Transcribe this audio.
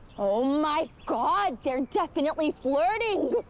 oh my god, they're definitely flirting!